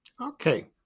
Okay